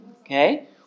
Okay